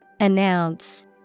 Announce